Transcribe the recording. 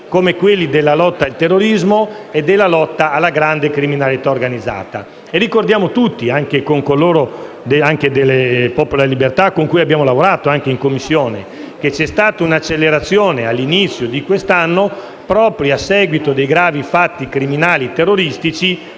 quali la lotta al terrorismo e alla grande criminalità organizzata. Ricordiamo tutti - anche il Popolo della Libertà con cui abbiamo lavorato in Commissione - che c'è stata una segnalazione all'inizio di quest'anno, proprio a seguito dei gravi fatti criminali terroristici,